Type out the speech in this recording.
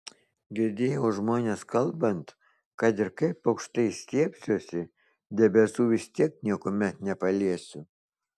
girdėjau žmones kalbant kad ir kaip aukštai stiebsiuosi debesų vis tiek niekuomet nepaliesiu